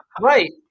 right